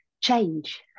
change